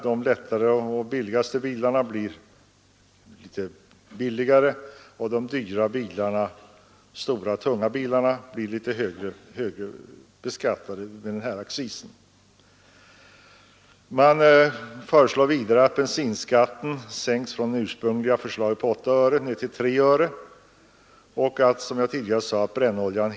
För lättare och billigare bilar blir fördyringen mindre, medan de stora, tunga bilarna blir högre beskattade. Vidare föreslår utskottet en lägre bensinskatt, nämligen 3 öre, samt att ingen skattehöjning skall utgå för brännolja.